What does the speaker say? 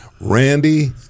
Randy